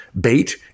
bait